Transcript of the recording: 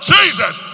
Jesus